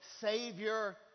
Savior